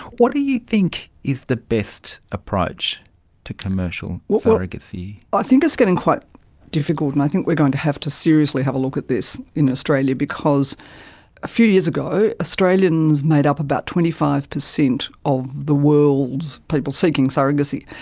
what do you think is the best approach to commercial surrogacy? i think it's getting quite difficult and i think we are going to have to seriously have a look at this in australia because a few years ago australians made up about twenty five percent of the world's people seeking surrogacy,